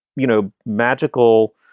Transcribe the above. you know, magical,